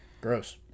Gross